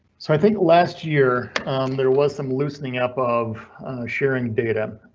so i think last year there was some loosening up of sharing data.